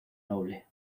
noble